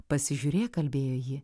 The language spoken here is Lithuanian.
pasižiūrėk kalbėjo ji